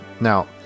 Now